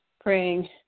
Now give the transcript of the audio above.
praying